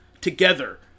together